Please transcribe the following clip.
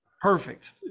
Perfect